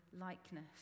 likeness